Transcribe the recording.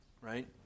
right